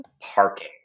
parking